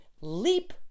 leap